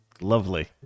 Lovely